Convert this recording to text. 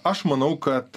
aš manau kad